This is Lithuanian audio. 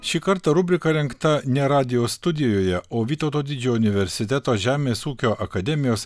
šį kartą rubrika rengta ne radijo studijoje o vytauto didžiojo universiteto žemės ūkio akademijos